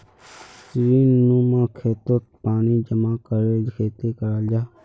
सीढ़ीनुमा खेतोत पानी जमा करे खेती कराल जाहा